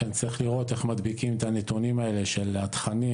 לכן צריך לראות איך מדביקים את הנתונים האלה של תכנים